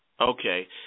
Okay